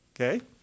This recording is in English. Okay